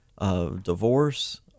divorce